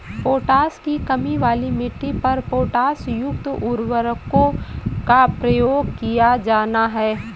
potash की कमी वाली मिट्टी पर पोटाशयुक्त उर्वरकों का प्रयोग किया जाना है